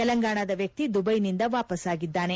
ತೆಲಂಗಾಣದ ವ್ಯಕ್ತಿ ದುಬೈನಿಂದ ವಾಪಸ್ ಆಗಿದ್ದಾರೆ